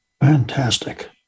Fantastic